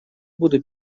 буду